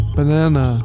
Banana